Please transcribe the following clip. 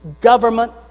government